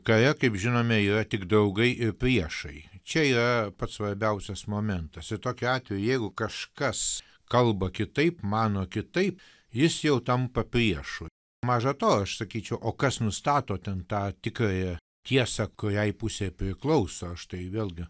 kare kaip žinome yra tik draugai ir priešai čia yra pats svarbiausias momentas ir tokiu atveju jeigu kažkas kalba kitaip mano kitaip jis jau tampa priešu maža to aš sakyčiau o kas nustato ten tą tikrąją tiesą kuriai pusei priklauso štai vėlgi